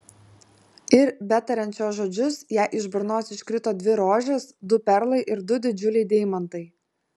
ir betariant šiuos žodžius jai iš burnos iškrito dvi rožės du perlai ir du didžiuliai deimantai